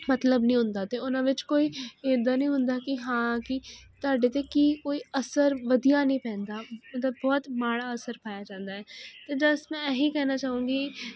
ਮਤਲਬ ਨੀ ਹੁੰਦਾ ਤੇ ਉਨ੍ਹਾਂ ਵਿੱਚ ਕੋਈ ਏਦਾਂ ਨੀ ਹੁੰਦਾ ਕੀ ਹਾਂ ਕੀ ਤਾਡੇ ਤੇ ਕੀ ਕੋਈ ਅਸਰ ਵਧੀਆ ਨੀ ਪੈਂਦਾ ਮਤਲਬ ਬਹੁਤ ਮਾੜਾ ਅਸਰ ਪੈ ਜਾਂਦਾ ਐ ਤੇ ਜਸਟ ਮੈਂ ਏਹੀ ਕਹਿਣਾ ਚਾਹੂੰਗੀ